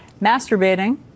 masturbating